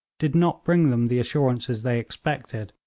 did not bring them the assurances they expected,